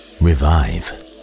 revive